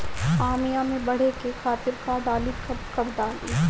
आमिया मैं बढ़े के खातिर का डाली कब कब डाली?